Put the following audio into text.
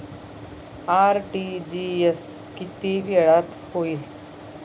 RTGS किती वेळात होईल?